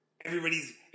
Everybody's